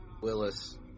Willis